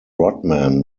rodman